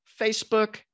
Facebook